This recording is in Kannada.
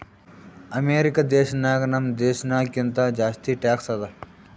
ಅಮೆರಿಕಾ ದೇಶನಾಗ್ ನಮ್ ದೇಶನಾಗ್ ಕಿಂತಾ ಜಾಸ್ತಿ ಟ್ಯಾಕ್ಸ್ ಅದಾ